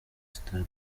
sitade